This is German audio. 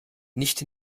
nicht